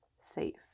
safe